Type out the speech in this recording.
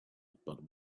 about